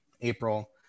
April